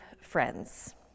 friends